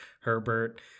herbert